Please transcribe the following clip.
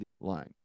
line